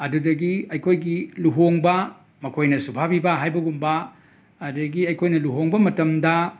ꯑꯗꯨꯗꯒꯤ ꯑꯩꯈꯣꯏꯒꯤ ꯂꯨꯍꯣꯡꯕ ꯃꯈꯣꯏꯅ ꯁꯨꯚꯥ ꯕꯤꯕꯥ ꯍꯥꯏꯕꯒꯨꯝꯕ ꯑꯗꯒꯤ ꯑꯩꯈꯣꯏꯅ ꯂꯨꯍꯣꯡꯕ ꯃꯇꯝꯗ